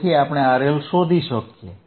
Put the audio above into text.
જેથી આપણે RL શોધી શકીએ